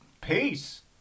Peace